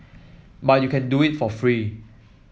but you can do it for free